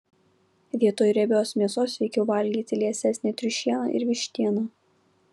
vietoj riebios mėsos sveikiau valgyti liesesnę triušieną ir vištieną